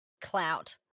clout